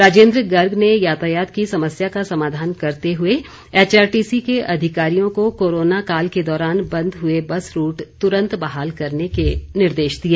राजेन्द्र गर्ग ने यातायात की समस्या का समाधान करते हुए एचआरटीसी के अधिकारियों को कोरोना काल के दौरान बंद हुए बस रूट तुरंत बहाल करने के निर्देश दिए